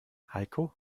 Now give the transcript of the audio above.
heiko